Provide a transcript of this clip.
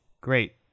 great